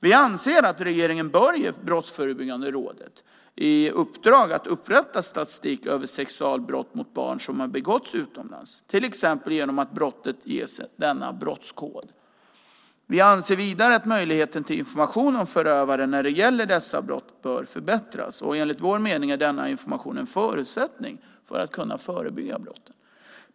Vi anser att regeringen bör ge Brottsförebyggande rådet i uppdrag att upprätta statistik över sexualbrott mot barn som har begåtts utomlands, till exempel genom att brottet ges denna brottskod. Vi anser vidare att möjligheten till information om förövare när det gäller dessa brott bör förbättras. Enligt vår mening är denna information en förutsättning för att kunna förebygga brott.